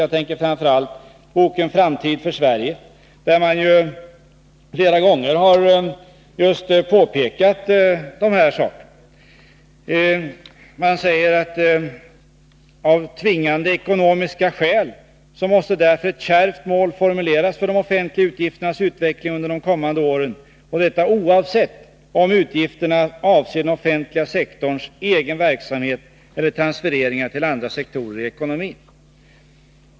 Jag tänker framför allt på boken Framtid för Sverige. Där har man flera gånger påpekat just dessa saker. Man säger: Av tvingande ekonomiska skäl måste därför ett kärvt mål formuleras för de offentliga utgifternas utveckling under de kommande åren, detta oavsett om utgifterna avser den offentliga sektorns egen verksamhet eller transferering ar till andra sektorer i ekonomin.